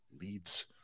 leads